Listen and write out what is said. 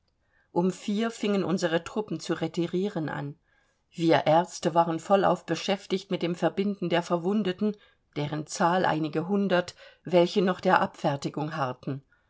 um vier uhr fingen unsere truppen zu retirieren an wir ärzte waren noch vollauf beschäftigt mit dem verbinden der verwundeten deren zahl einige hundert welche noch der abfertigung harrten